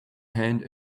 hand